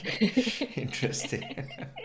Interesting